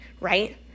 right